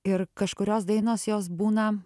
ir kažkurios dainos jos būna